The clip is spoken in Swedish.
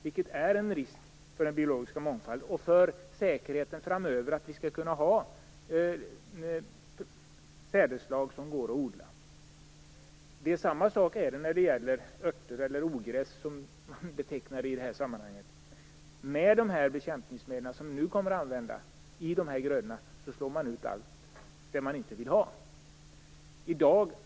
Det är en risk mot den biologiska mångfalden och mot säkerheten framöver, dvs. att det skall finnas sädesslag som går att odla. Samma sak gäller örter och ogräs. Tillsammans med de bekämpningsmedel som nu kommer att användas i grödorna slås allt ut som man inte vill ha.